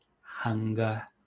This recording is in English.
hunger